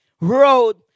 road